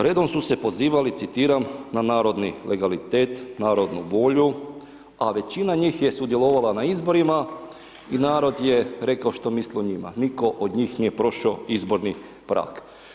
Redom su se pozivali, citiram na narodni legalitet, narodnu volju, a većina njih je sudjelovala na izborima, i narod je rekao što mislio njima, nitko od njih nije proš'o izborni prag.